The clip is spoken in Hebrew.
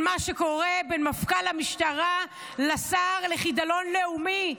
מה שקורה בין מפכ"ל המשטרה לשר לחידלון לאומי.